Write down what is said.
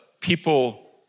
people